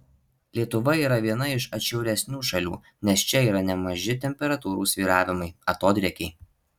lietuva yra viena iš atšiauresnių šalių nes čia yra nemaži temperatūrų svyravimai atodrėkiai